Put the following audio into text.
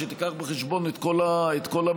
שתיקח בחשבון את כל המכלול,